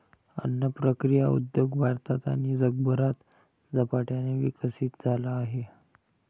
अन्न प्रक्रिया उद्योग भारतात आणि जगभरात झपाट्याने विकसित झाला आहे